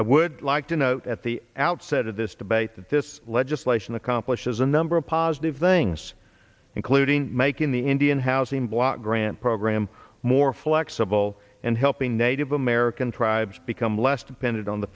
i would like to note at the outset of this debate that this legislation accomplishes a number of positive things including making the indian housing block grant program more flexible and helping native american tribes become less dependent on the